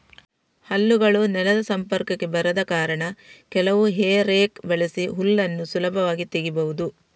ಹಲ್ಲುಗಳು ನೆಲದ ಸಂಪರ್ಕಕ್ಕೆ ಬರದ ಕಾರಣ ಕೆಲವು ಹೇ ರೇಕ್ ಬಳಸಿ ಹುಲ್ಲನ್ನ ಸುಲಭವಾಗಿ ತೆಗೀಬಹುದು